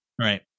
right